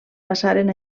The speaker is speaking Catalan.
passaren